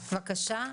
בקשה.